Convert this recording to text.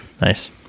Nice